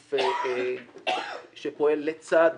גוף שפועל לצד